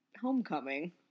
homecoming